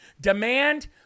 Demand